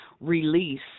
release